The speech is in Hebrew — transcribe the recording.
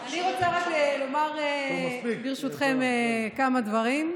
אני רוצה רק לומר ברשותכם כמה דברים,